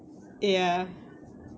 ya